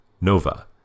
Nova